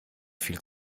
viel